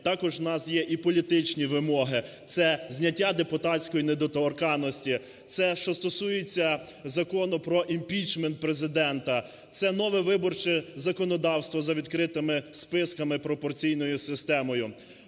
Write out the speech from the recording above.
Також в нас є і політичні вимоги, це зняття депутатської недоторканності, це, що стосується Закону про імпічмент Президента, це нове виборче законодавство за відкритими списками і пропорційною системою.